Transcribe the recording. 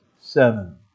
seven